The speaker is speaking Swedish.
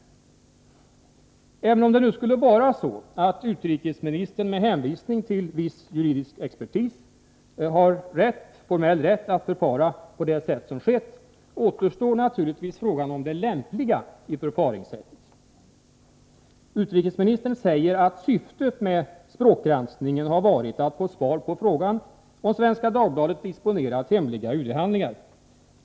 Men även om det nu skulle vara så att utrikesministern med hänvisning till viss juridisk expertis har formell rätt att förfara på det sätt som skett, återstår naturligtvis frågan om det lämpliga i förfaringssättet. Utrikesministern säger att syftet med språkgranskningen har varit att få svar på frågan om Svenska Dagbladet har disponerat hemliga UD handlingar.